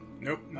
Nope